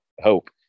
Hope